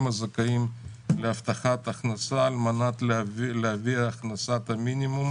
הזכאים להבטחת הכנסה על מנת להביא להכנסת המינימום,